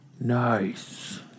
nice